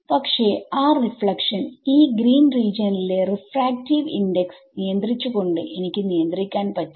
പക്ഷെ ആ റീഫ്ലക്ഷൻ ഈ ഗ്രീൻ റീജിയനിലെ റിഫ്രാക്റ്റീവ് ഇൻഡെക്സ്നിയന്ത്രിച്ചു കൊണ്ട് എനിക്ക് നിയന്ത്രിക്കാൻ പറ്റും